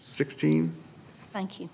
sixteen thank you